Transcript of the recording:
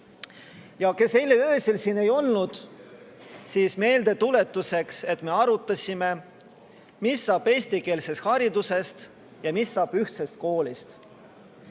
peale. Kes eile öösel siin ei olnud, neile meeldetuletuseks, et me arutasime, mis saab eestikeelsest haridusest ja mis saab ühtsest koolist.